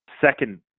second